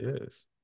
yes